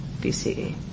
BCE